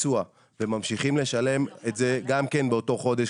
ביצוע וממשיכים לשלם את זה גם באותו חודש.